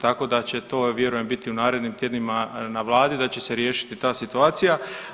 Tako da će to vjerujem biti u narednim tjednima na vladi, da će se riješiti ta situacija.